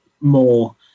more